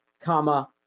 comma